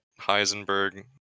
Heisenberg